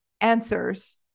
answers